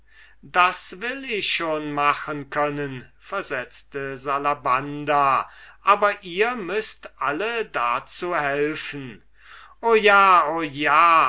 das will ich schon machen können versetzte salabanda aber ihr müßt alle dazu helfen o ja o ja